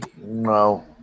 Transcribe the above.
No